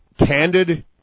Candid